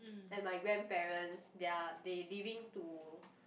and my grandparents they are they leaving to